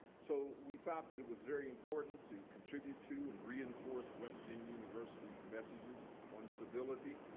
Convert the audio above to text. so, we thought that it was very important to contribute to and reinforce west virginia university's messages on civility.